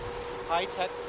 high-tech